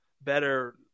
better